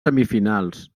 semifinals